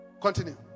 Continue